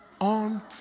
on